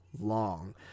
long